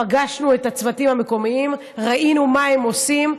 פגשנו את הצוותים הרפואיים וראינו מה הם עושים,